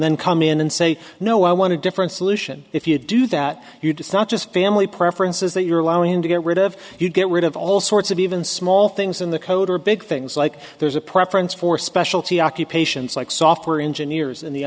then come in and say no i want to different solution if you do that you do not just family preferences that you're allowing to get rid of you get rid of all sorts of even small things in the code or big things like there's a preference for specialty occupations like software engineers in the